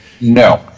No